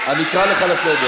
אני אקרא אותך לסדר.